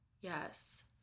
yes